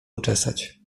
uczesać